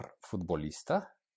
futbolista